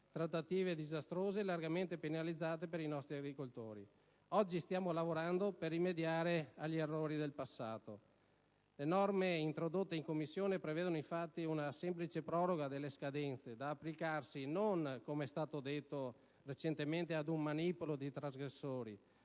Trattative disastrose, largamente penalizzanti per i nostri agricoltori. Oggi stiamo lavorando per rimediare agli errori del passato. Le norme introdotte in Commissione prevedono, infatti, una semplice proroga delle scadenze da applicarsi non, come stato detto recentemente, ad «un manipolo di trasgressori»,